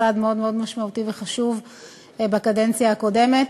צעד מאוד מאוד משמעותי וחשוב בקדנציה הקודמת.